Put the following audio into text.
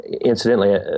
incidentally